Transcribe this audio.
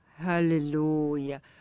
Hallelujah